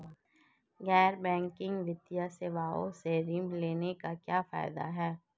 गैर बैंकिंग वित्तीय सेवाओं से ऋण लेने के क्या लाभ हैं?